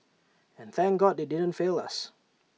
and thank God they didn't fail us